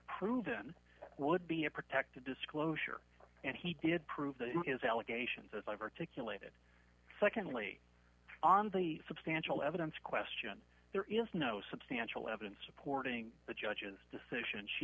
proven would be a protected disclosure and he did prove his allegations as i've articulated secondly on the substantial evidence question there is no substantial evidence supporting the judge's decision she